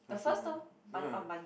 I also know ya lah